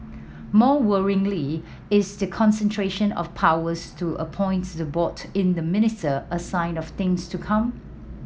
more worryingly is the concentration of powers to appoint the board in the minister a sign of things to come